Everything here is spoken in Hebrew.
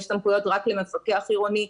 יש סמכויות רק למפקח עירוני,